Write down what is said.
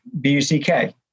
B-U-C-K